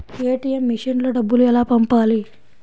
ATM మెషిన్లో డబ్బులు ఎలా పంపాలి?